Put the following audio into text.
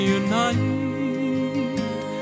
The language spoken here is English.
unite